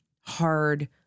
hard